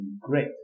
great